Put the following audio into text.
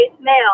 male